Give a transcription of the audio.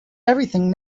everything